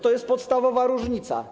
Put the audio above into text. To jest podstawowa różnica.